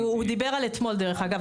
הוא דיבר על אתמול, דרך אגב.